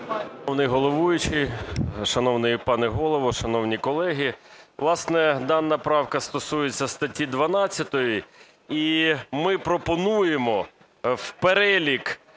Шановний головуючий, шановний пане Голово, шановні колеги! Власне, дана правка стосується статті 12, і ми пропонуємо в перелік,